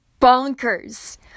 bonkers